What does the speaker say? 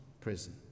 prison